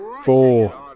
four